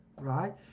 right